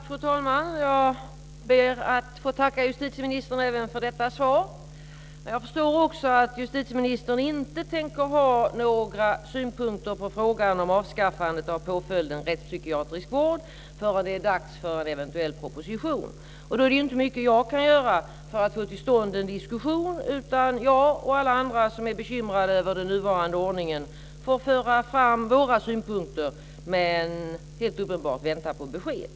Fru talman! Jag ber att få tacka justitieministern även för detta svar. Jag förstår att justitieministern inte tänker ha några synpunkter på frågan om avskaffandet av påföljden rättspsykiatrisk vård förrän det är dags för en eventuell proposition. Då är det inte mycket jag kan göra för att få till stånd en diskussion. Jag och alla andra som är bekymrade över den nuvarande ordningen får föra fram våra synpunkter men helt uppenbart vänta på besked.